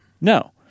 No